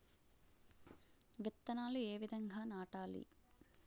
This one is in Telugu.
విత్తనాలు ఏ విధంగా నాటాలి?